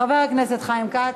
חבר הכנסת חיים כץ.